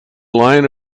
line